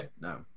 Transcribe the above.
No